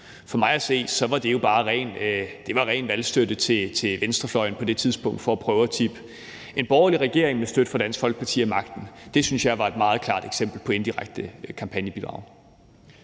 For mig at se var det jo bare ren valgstøtte til venstrefløjen på det tidspunkt for at prøve at tippe en borgerlig regering med støtte fra Dansk Folkeparti af magten. Det synes jeg var et meget klart eksempel på et indirekte kampagnebidrag.